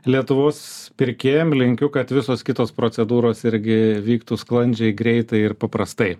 lietuvos pirkėjam linkiu kad visos kitos procedūros irgi vyktų sklandžiai greitai ir paprastai